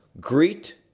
Greet